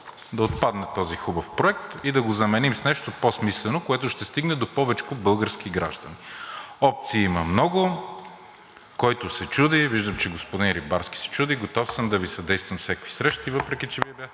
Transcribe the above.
да отпадне този хубав проект и да го заменим с нещо по-смислено, което ще стигне до повечко български граждани. Опции има много за който се чуди – виждам, че господин Рибарски се чуди. Готов съм да Ви съдействам за всякакви срещи, въпреки че Вие бяхте